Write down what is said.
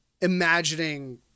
imagining